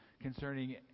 concerning